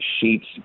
sheets